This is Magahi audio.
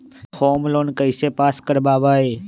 होम लोन कैसे पास कर बाबई?